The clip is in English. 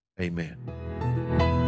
amen